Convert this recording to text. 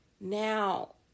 now